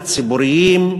הציבוריים,